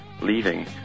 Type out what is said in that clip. leaving